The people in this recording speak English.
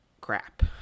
crap